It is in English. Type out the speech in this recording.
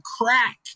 crack